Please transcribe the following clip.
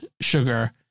sugar